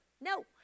no